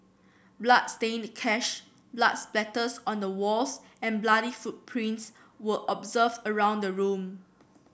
bloodstained cash blood splatters on the walls and bloody footprints were observed around the room